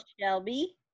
shelby